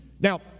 Now